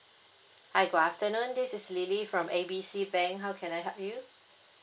hi good afternoon this is lily from A B C bank how can I help you